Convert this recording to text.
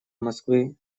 москвы